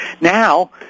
Now